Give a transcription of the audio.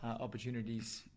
opportunities